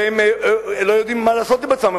שלא יודעים מה לעשות עם עצמם.